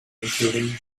including